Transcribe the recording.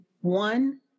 one